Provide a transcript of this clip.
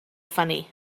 funny